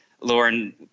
Lauren